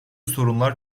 sorunlar